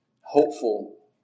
Hopeful